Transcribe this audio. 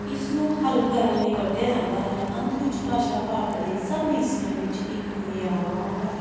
ਇਸ ਨੂੰ ਹੱਲ ਕਰਨ ਲਈ ਵਰਤਿਆ ਜਾਂਦਾ ਹੈ ਅੰਤ ਵਿੱਚ ਭਾਸ਼ਾ ਭਾਰਤ ਦੇ ਸਭ ਹਿੱਸਿਆਂ ਵਿੱਚ ਇੱਕ ਮਿਆਰ